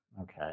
Okay